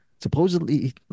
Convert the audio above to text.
Supposedly